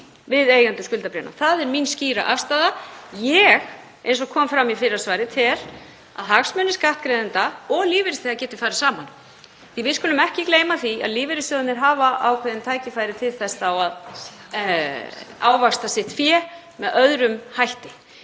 við eigendur skuldabréfanna. Það er mín skýra afstaða. Ég tel, eins og kom fram í fyrra svari, að hagsmunir skattgreiðenda og lífeyrisþega geti farið saman, því að við skulum ekki gleyma því að lífeyrissjóðirnir hafa ákveðin tækifæri til þess þá að ávaxta sitt fé með öðrum hætti.